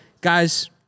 guys